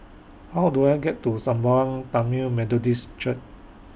How Do I get to Sembawang Tamil Methodist Church